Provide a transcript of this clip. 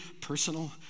personal